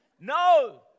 No